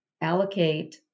allocate